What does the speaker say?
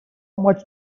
much